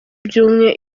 byumye